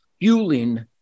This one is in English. Fueling